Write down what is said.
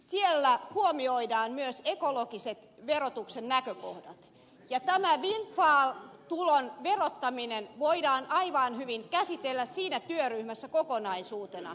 siellä huomioidaan myös ekologiset verotuksen näkökohdat ja tämä windfall tulon verottaminen voidaan aivan hyvin käsitellä siinä työryhmässä kokonaisuutena